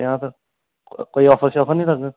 ते आफर कोई आफर शाफर निं लब्भग